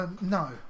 No